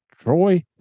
Troy